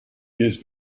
his